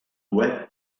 web